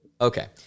Okay